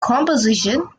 composition